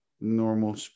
normal